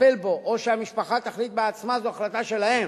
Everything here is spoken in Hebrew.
שיטפל בו או שהמשפחה תטפל בעצמה, זו החלטה שלהם,